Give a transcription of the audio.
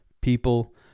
people